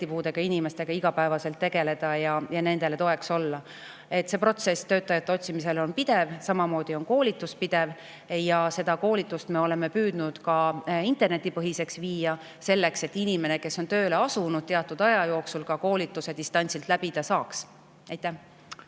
inimestega igapäevaselt tegeleda ja nendele toeks olla. Protsess töötajate otsimiseks on pidev, samamoodi on koolitus pidev. Ja koolitust me oleme püüdnud internetipõhiseks viia, selleks et inimene, kes on tööle asunud, saaks teatud aja jooksul koolituse distantsilt läbida. Anti